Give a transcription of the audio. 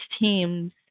teams